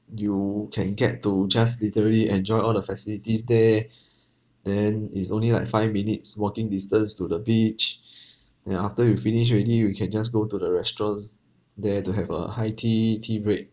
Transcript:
you can get to just literally enjoy all the facilities there then it's only like five minutes walking distance to the beach then after you finish already you can just go to the restaurants there to have a high tea tea break